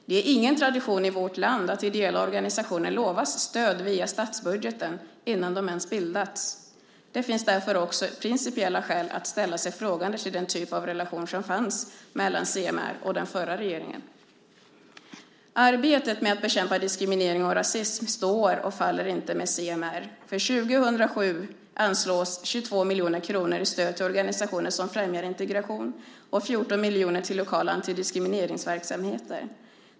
Det är ingen tradition i vårt land att ideella organisationer lovas stöd via statsbudgeten innan de ens bildats. Det finns därför också principiella skäl att ställa sig frågande till den typ av relation som fanns mellan CMR och den förra regeringen. Arbetet med att bekämpa diskriminering och rasism står och faller inte med CMR. För 2007 anslås 22 miljoner kronor i stöd till organisationer som främjar integration och 14 miljoner till lokala antidiskrimineringsverksamheter.